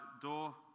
door